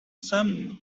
some